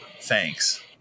thanks